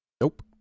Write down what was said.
Nope